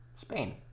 Spain